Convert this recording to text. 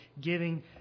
giving